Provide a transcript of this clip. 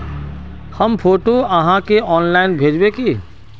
हम फोटो आहाँ के ऑनलाइन भेजबे की?